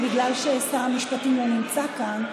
בגלל ששר המשפטים לא נמצא כאן,